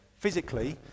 Physically